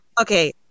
Okay